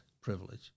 privilege